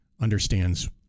understands